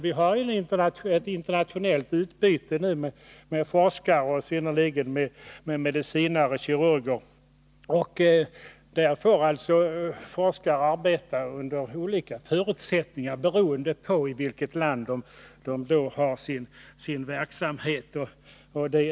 Vi har ett internationellt utbyte med forskare, i synnerhet mellan medicinare och kirurger, där forskarna tyvärr arbetar under olika förutsättningar, beroende på i vilket land de har sin verksamhet.